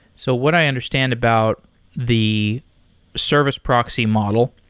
so what i understand about the service proxy model,